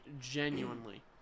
genuinely